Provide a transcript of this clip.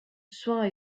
soins